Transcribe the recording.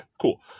cool